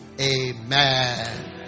Amen